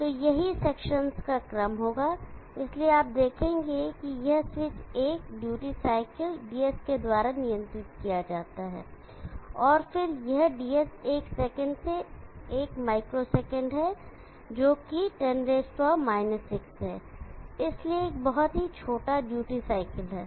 तो यही सेक्शंस का क्रम होगा इसलिए आप देखेंगे कि यह स्विच एक ड्यूटी साइकिल ds द्वारा नियंत्रित किया जाता है और फिर यह ds एक सेकंड से एक माइक्रो सेकंड है जोकि10 6 है इसलिए यह एक बहुत ही छोटा ड्यूटी साइकिल है